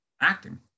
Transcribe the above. acting